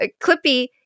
Clippy